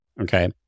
Okay